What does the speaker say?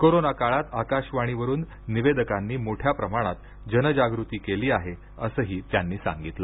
corona काळात आकाशवाणीवरून निवेदकांनी मोठ्या प्रमाणात जनजागृती केली आहे असंही त्यांनी सांगितलं